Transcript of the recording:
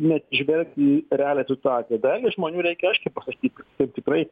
neatsižvelgt į realią situaciją daliai žmonių reikia aiškiai pasakyt kad taip tikrai